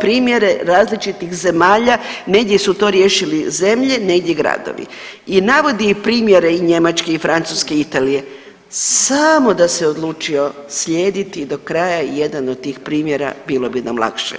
primjere, različitih zemalja, negdje su to riješili zemlje, negdje gradovi i navodi primjere i Njemačke i Francuske, Italije, samo da se odlučio slijediti do kraja jedan od tih primjera bilo bi nam lakše.